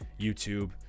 youtube